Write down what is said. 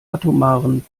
atomaren